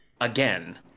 again